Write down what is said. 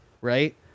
right